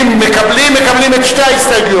אם מקבלים, מקבלים את שתי ההסתייגויות.